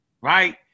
right